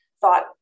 thought